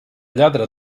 lladre